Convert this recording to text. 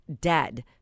dead